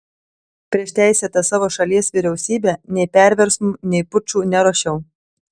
prieš teisėtą savo šalies vyriausybę nei perversmų nei pučų neruošiau